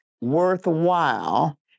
worthwhile